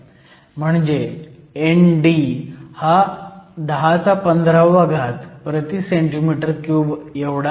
म्हणजे ND हा 1015 cm 3 आहे